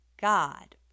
god